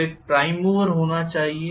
तो एक prime mover होना चाहिए